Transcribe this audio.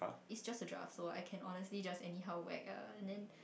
is just a draft so I can honestly just any how whack ah and then